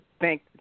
thank